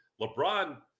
LeBron